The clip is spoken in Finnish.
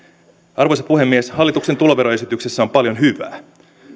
arvoisa puhemies hallituksen tuloveroesityksessä on paljon hyvää